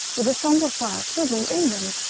with a sombre fire quivering in them,